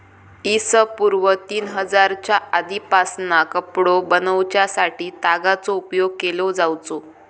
इ.स पूर्व तीन हजारच्या आदीपासना कपडो बनवच्यासाठी तागाचो उपयोग केलो जावचो